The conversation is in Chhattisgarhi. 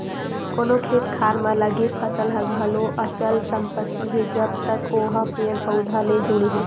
कोनो खेत खार म लगे फसल ह घलो अचल संपत्ति हे जब तक ओहा पेड़ पउधा ले जुड़े हे